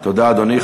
תודה, אדוני.